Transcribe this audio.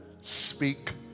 speak